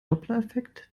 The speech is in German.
dopplereffekt